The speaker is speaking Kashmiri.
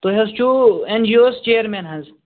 تُہۍ حظ چھُو اٮ۪ن جی یووَس چیرمین حظ